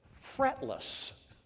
fretless